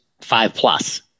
five-plus